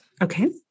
Okay